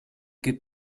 que